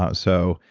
ah so,